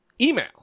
email